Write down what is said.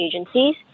agencies